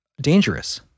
dangerous